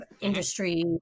industry